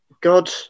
God